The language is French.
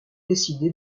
décidé